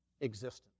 existence